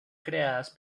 creadas